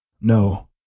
No